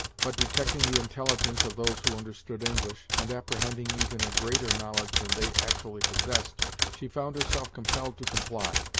but detecting the intelligence of those who understood english, and apprehending even a greater knowledge than they actually possessed she found herself compelled to comply.